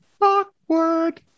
Awkward